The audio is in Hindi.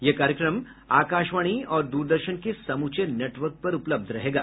यह कार्यक्रम आकाशवाणी और दूरदर्शन के समूचे नेटवर्क पर उपलब्ध रहेगा